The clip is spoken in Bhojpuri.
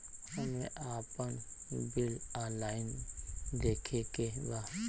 हमे आपन बिल ऑनलाइन देखे के बा?